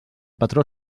patró